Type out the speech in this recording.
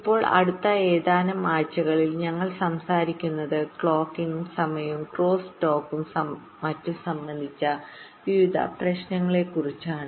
ഇപ്പോൾ അടുത്ത ഏതാനും ആഴ്ചകളിൽ ഞങ്ങൾ സംസാരിക്കുന്നത് ക്ലോക്കിംഗും സമയവും ക്രോസ് ടോക്കുംമറ്റും സംബന്ധിച്ച വിവിധ പ്രശ്നങ്ങളെക്കുറിച്ചാണ്